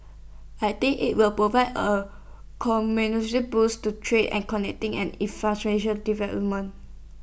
I think IT will provide A boost to trade and infrastructure development